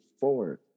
forward